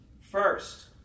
first